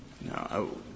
No